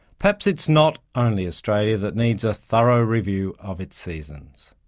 perhaps it's not only australia that needs a thorough review of its seasons.